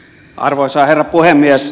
arvoisa herra puhemies